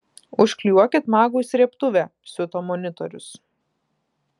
užklijuokit magui srėbtuvę siuto monitorius